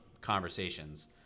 conversations